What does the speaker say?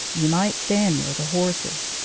you might stand near the horses.